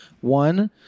One